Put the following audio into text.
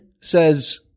says